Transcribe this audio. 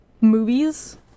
movies